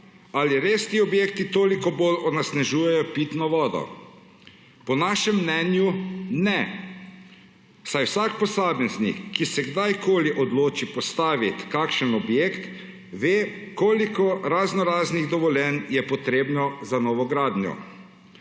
Ali res ti objekti toliko bolj onesnažujejo pitno vodo? Po našem mnenju ne, saj vsak posameznik, ki se kdajkoli odloči postaviti kakšen objekt, ve, koliko raznoraznih dovoljenj je potrebno za novo gradnjo.